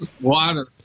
Water